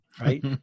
right